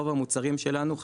רוב המוצרים שלנו,